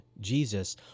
Jesus